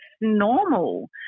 normal